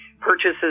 purchases